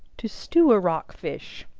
to stew a rock fish.